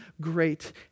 great